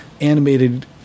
animated